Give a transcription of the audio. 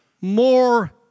More